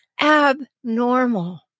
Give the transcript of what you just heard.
abnormal